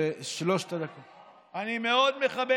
אני מאוד מכבד את אדוני.